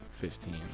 Fifteen